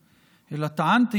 אלא טענתי